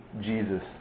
Jesus